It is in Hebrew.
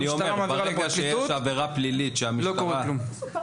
אך ברגע שהמשטרה מעבירה לפרקליטות לא קורה כלום.